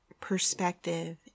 perspective